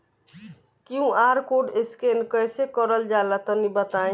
QR code scan कैसे क़रल जला तनि बताई?